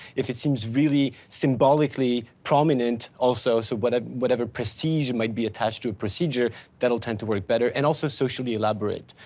if it seems really symbolically prominent also. so but ah whatever prestige and might be attached to a procedure that will tend to work better and also socially elaborate.